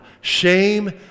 Shame